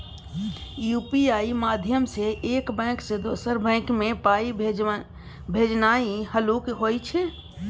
UPI माध्यमसँ एक bank सँ दोसर बैंक मे पाइ भेजनाइ हल्लुक होइ छै